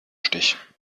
stich